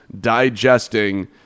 digesting